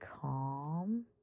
calm